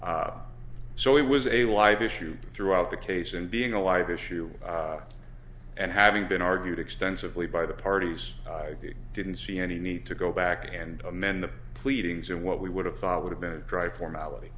c so it was a live issue throughout the case and being a live issue and having been argued extensively by the parties i didn't see any need to go back and amend the pleadings and what we would have thought would have been a dry formality